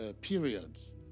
periods